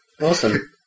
awesome